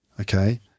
Okay